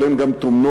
אבל הן גם טומנות